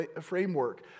framework